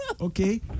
Okay